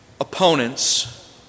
opponents